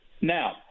now